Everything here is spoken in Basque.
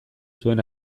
zuen